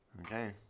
Okay